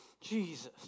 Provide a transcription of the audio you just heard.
Jesus